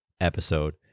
Episode